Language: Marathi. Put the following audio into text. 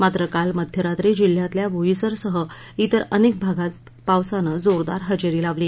मात्र काल मध्यरात्री जिल्ह्यातल्या बोईसर सह ात्रेर अनेक भागात पावसानं जोरदार हजेरी लावली